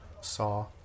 Saw